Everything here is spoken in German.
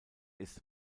ist